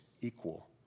equal